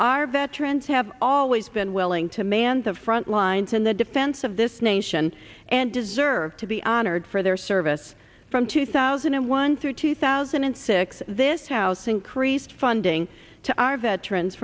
our veterans have always been willing to mans of frontlines in the defense of this nation and deserve to be honored for their service from two thousand and one through two thousand and six this house increased funding to our veterans